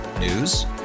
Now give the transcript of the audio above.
News